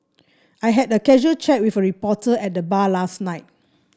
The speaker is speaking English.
I had a casual chat with a reporter at the bar last night